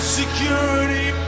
security